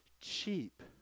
cheap